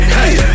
Hey